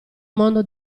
mondo